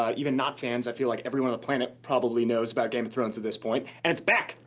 um even not fans, i feel like everyone on the planet probably knows about game of thrones at this point. and it's back.